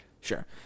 Sure